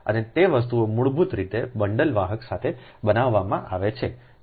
અને તે વસ્તુઓ મૂળભૂત રીતે બંડલ વાહક સાથે બનાવવામાં આવે છે